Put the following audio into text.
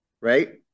right